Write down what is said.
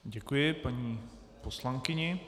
Děkuji paní poslankyni.